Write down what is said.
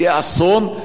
יהיו אחראים,